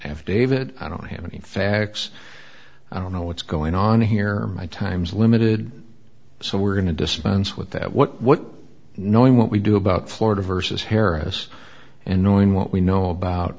affidavit i don't have any facts i don't know what's going on here my time's limited so we're going to dispense with that what what knowing what we do about florida versus harris and knowing what we know about